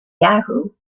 yahoo